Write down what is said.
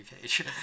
page